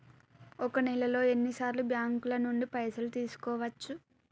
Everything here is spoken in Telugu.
ఒక నెలలో ఎన్ని సార్లు బ్యాంకుల నుండి పైసలు తీసుకోవచ్చు?